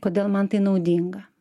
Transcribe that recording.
kodėl man tai naudinga